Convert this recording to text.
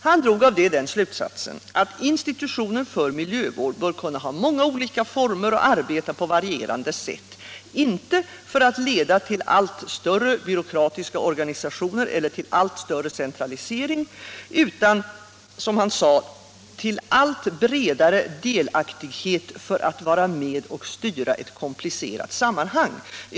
Han drog därav den slutsatsen att institutioner för miljövård bör kunna ha många olika former och arbeta på varierande sätt för att leda, inte till allt större byråkratiska organisationer eller till allt större centralisering, utan, som han sade, till allt bredare delaktighet för alla att vara med och styra ett komplicerat sammanhang.